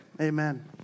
amen